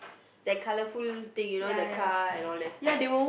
that colorful thing you know that car and all that stuff